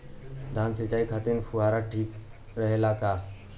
धान सिंचाई खातिर फुहारा ठीक रहे ला का?